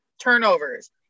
turnovers